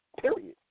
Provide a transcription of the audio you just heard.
period